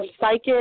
psychic